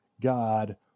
God